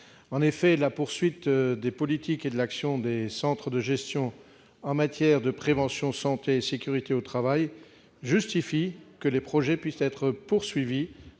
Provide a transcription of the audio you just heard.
Kern. La poursuite des politiques et de l'action des centres de gestion en matière de prévention pour la santé et la sécurité au travail justifie que les projets puissent être poursuivis